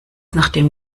nachdem